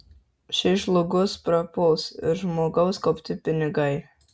šiai žlugus prapuls ir žmogaus kaupti pinigai